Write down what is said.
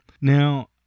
Now